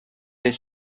des